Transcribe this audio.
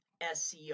seo